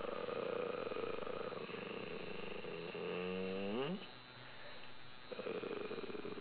uh